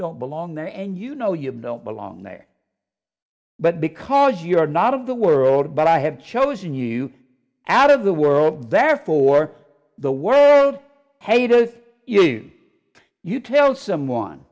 don't belong there and you know you don't belong there but because you are not of the world but i have chosen you out of the world therefore the world hated you you tell someone